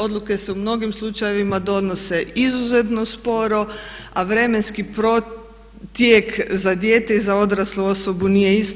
Odluke se u mnogim slučajevima donose izuzetno sporo, a vremenski tijek za dijete i za odraslu osobu nije isto.